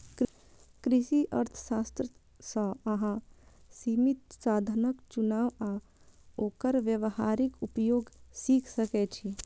कृषि अर्थशास्त्र सं अहां सीमित साधनक चुनाव आ ओकर व्यावहारिक उपयोग सीख सकै छी